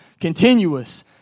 continuous